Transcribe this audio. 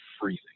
freezing